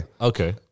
Okay